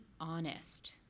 honest